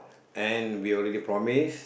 and we already promise